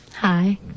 Hi